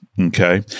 okay